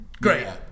Great